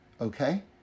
okay